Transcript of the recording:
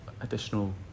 additional